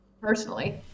personally